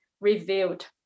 revealed